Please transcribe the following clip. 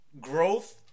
growth